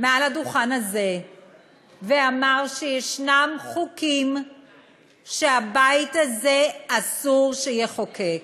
מעל הדוכן הזה ואמר שישנם חוקים שהבית הזה אסור שיחוקק.